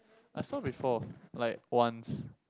I saw before like once